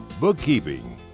bookkeeping